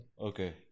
Okay